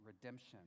redemption